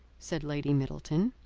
said lady middleton.